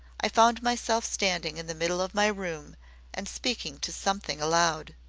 i found myself standing in the middle of my room and speaking to something aloud.